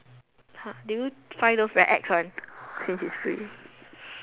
!huh! do you find those very ex one since is free